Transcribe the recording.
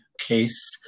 case